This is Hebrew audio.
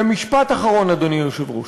ומשפט אחרון, אדוני היושב-ראש: